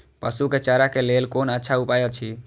पशु के चारा के लेल कोन अच्छा उपाय अछि?